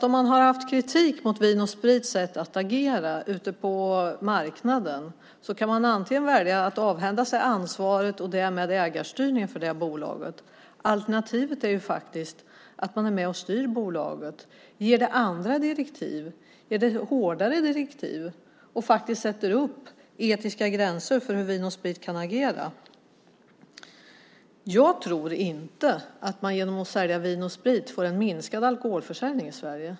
Om man haft kritik mot Vin & Sprits sätt att agera ute på marknaden kan man antingen välja att avhända sig ansvaret, och därmed ägarstyrningen för bolaget, eller alternativt vara med och styra bolaget, ge det andra, hårdare, direktiv och sätta upp etiska gränser för hur bolaget kan agera. Jag tror inte att man genom att sälja Vin & Sprit får en minskad alkoholförsäljning i Sverige.